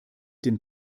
den